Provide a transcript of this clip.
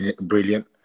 brilliant